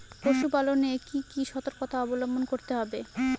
পশুপালন এ কি কি সর্তকতা অবলম্বন করতে হবে?